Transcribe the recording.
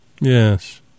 Yes